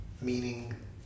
meaning